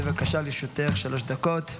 בבקשה, לרשותך שלוש דקות.